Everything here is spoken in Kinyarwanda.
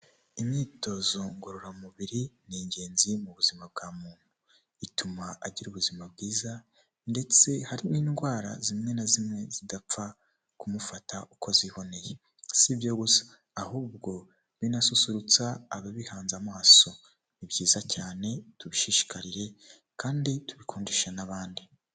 Imyitozo ngororamubiri ni ingenzi mu buzima bwa muntu, ituma agira ubuzima bwiza ndetse hari n'indwara zimwe na zimwe zidapfa kumufata uko ziboneye, sibyo gusa ahubwo binasusurutsa ababihanze amaso, ni byiza cyane tubishishikarire kandi tubikundisha n'abandi.